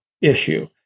issue